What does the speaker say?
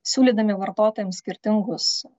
siūlydami vartotojams skirtingus